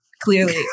clearly